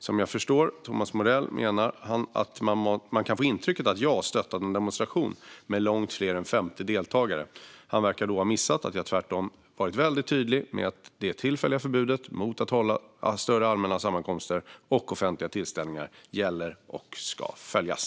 Som jag förstår Thomas Morell menar han att man kan få intrycket att jag stöttat en demonstration med långt fler än 50 deltagare. Han verkar då ha missat att jag tvärtom varit väldigt tydlig med att det tillfälliga förbudet mot att hålla större allmänna sammankomster och offentliga tillställningar gäller och ska följas.